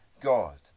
God